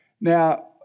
Now